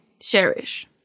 cherish